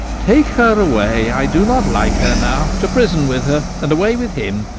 take her away, i do not like her now to prison with her. and away with him.